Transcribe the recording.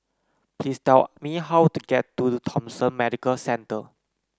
please tell me how to get to the Thomson Medical Centre